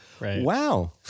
Wow